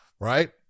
right